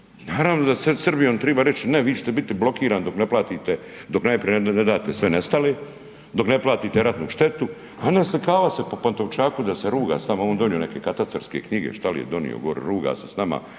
naravno da sad sa Srbijom treba reći ne vi ćete biti blokirani dok ne platite, dok najprije ne date sve nestale, dok ne platite ratnu štetu a ne naslikavati se po Pantovčaku da se ruga s nama, on donio neke katastarske knjige, šta li je donio gore, ruga se s nama,